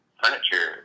furniture